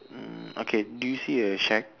mm okay do you see a shack